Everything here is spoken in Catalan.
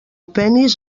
penis